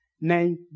named